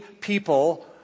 people